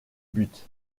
but